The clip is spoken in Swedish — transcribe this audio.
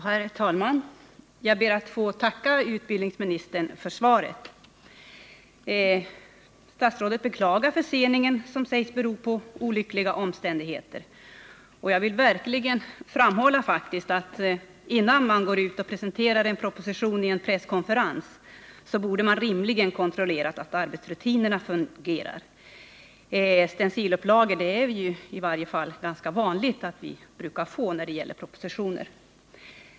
Herr talman! Jag ber att få tacka utbildningsministern för svaret. Statsrådet beklagar förseningen, som sägs bero på olyckliga omständigheter. Jag vill verkligen framhålla att innan man går ut och presenterar en proposition i en presskonferens borde man rimligen ha kontrollerat att arbetsrutinerna fungerar. Det är ju ganska vanligt att vi får stencilupplagor när det gäller propositioner.